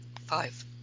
Five